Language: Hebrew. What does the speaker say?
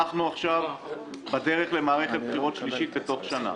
אנחנו עכשיו בדרך למערכת בחירות שלישית בתוך שנה.